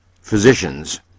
physicians